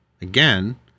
again